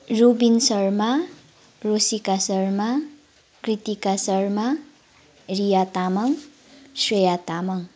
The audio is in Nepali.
रोबिन शर्मा रोशिका शर्मा कृतिका शर्मा रिया तामाङ श्रेया तामाङ